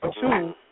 Two